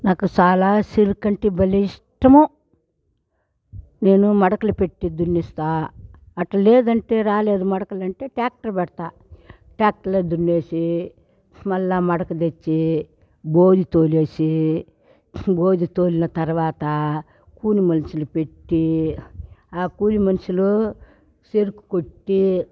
నాకు చాలా చెరుకు అంటే భలే ఇష్టము నేను మడకలు పెట్టి దున్నిస్తా అట్టలేదంటే రాలేదు మడకలంటే ట్రాక్టర్ పెడతా ట్రాక్టర్తో దున్నేసి మళ్ళా మడక తెచ్చి బోరు తోలేసి బోరు తోలిన తర్వాత కూలి మనుషులు పెట్టి ఆ కూలి మనుషులు చెరుకు కొట్టి